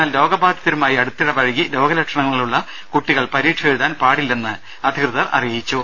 എന്നാൽ രോഗബാധിതരുമായി അടുത്തിടപഴകി രോഗ ലക്ഷണമുള്ള കുട്ടികൾ പരീക്ഷ എഴുതാൻ പാടില്ലെന്ന് അധികൃതർ അറിയിച്ചു